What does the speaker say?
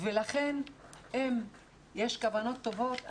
לכן אם יש כוונות טובות,